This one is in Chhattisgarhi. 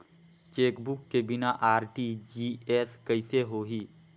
चेकबुक के बिना आर.टी.जी.एस कइसे होही?